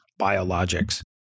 biologics